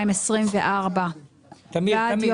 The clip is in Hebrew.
42. (א) בתקופה שמיום ב' בטבת התשפ"ד (1 בינואר